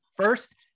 first